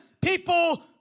people